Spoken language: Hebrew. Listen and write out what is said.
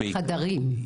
חדרים.